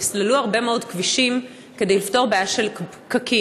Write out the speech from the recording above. נסללו הרבה מאוד כבישים כדי לפתור בעיה של פקקים,